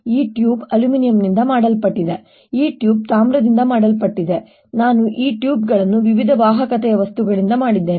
ಈ ಟ್ಯೂಬ್ ಅಲ್ಯೂಮಿನಿಯಂನಿಂದ ಮಾಡಲ್ಪಟ್ಟಿದೆ ಮತ್ತು ಈ ಟ್ಯೂಬ್ ತಾಮ್ರದಿಂದ ಮಾಡಲ್ಪಟ್ಟಿದೆ ಆದ್ದರಿಂದ ನಾನು ಈ ಟ್ಯೂಬ್ಗಳನ್ನು ವಿವಿಧ ವಾಹಕತೆಯ ವಸ್ತುಗಳಿಂದ ಮಾಡಿದ್ದೇನೆ